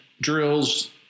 drills